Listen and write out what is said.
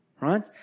Right